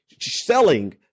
selling